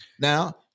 Now